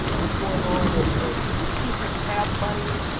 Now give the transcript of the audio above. what's going on and and with people who have money,